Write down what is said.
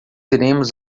iremos